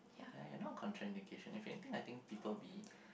ya ya not contraindication if anything I think people will be